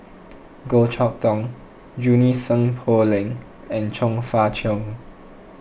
Goh Chok Tong Junie Sng Poh Leng and Chong Fah Cheong